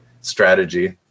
strategy